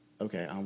okay